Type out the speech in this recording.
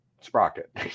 Sprocket